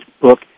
book